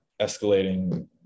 escalating